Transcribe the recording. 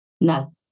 No